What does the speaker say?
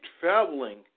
traveling